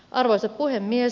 arvoisa puhemies